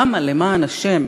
למה למען השם,